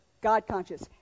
God-conscious